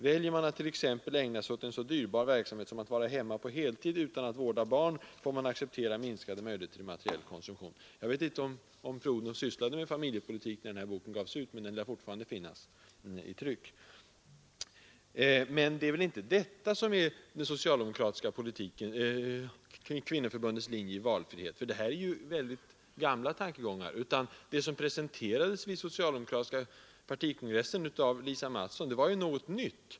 Väljer man t.ex. att ägna sig åt en så dyrbar verksamhet som att vara hemma på heltid utan att vårda barn, så får man acceptera minskade möjligheter till materiell konsumtion.” Jag vet inte om statsrådet Odhnoff sysslade med familjepolitik när den här boken gavs ut, men den lär fortfarande finnas i tryck. Det är väl inte detta som är det socialdemokratiska kvinnoförbundets linje när det gäller valfrihet — för det är ju mycket gamla tankegångar. Det som presenterades vid den socialdemokratiska partikongressen av fröken Lisa Mattson var ju något nytt.